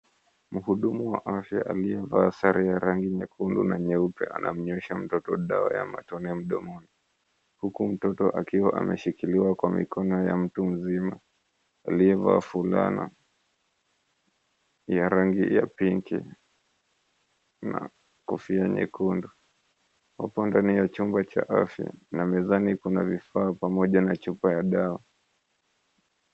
Mhudumu wa afya aliyevaa sare ya rangi nyekundu na nyeupe anamnywesha mtoto dawa ya matone mdomoni, huku mtoto akiwa ameshikiliwa kwa mikono ya mtu mzima aliyevaa fulana ya rangi ya pinki na kofia nyekundu. Wapo ndani ya chumba cha afya na mezani kuna vifaa pamoja na chupa ya dawa.